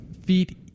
feet